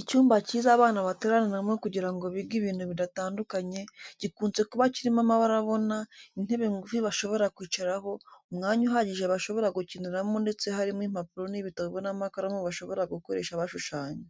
Icyumba cyiza abana bateraniramo kugira ngo bige ibintu bidatandukanye, gikunze kuba kirimo amabara abona, intebe ngufi bashobora kwicaraho, umwanya uhagije bashobora gukiniramo ndetse harimo impapuro n'ibitabo n'amakaramu bashobora gukoresha bashushanya.